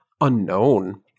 unknown